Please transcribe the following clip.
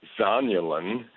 zonulin